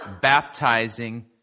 baptizing